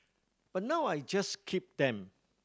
but now I just keep them